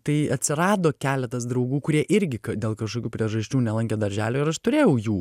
tai atsirado keletas draugų kurie irgi ka dėl kažkokių priežasčių nelankė darželio ir aš turėjau jų